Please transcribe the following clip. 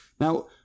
now